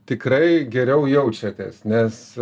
tikrai geriau jaučiatės nes